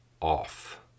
off